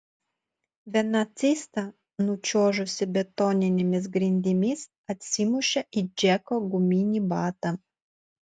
viena cista nučiuožusi betoninėmis grindimis atsimušė į džeko guminį batą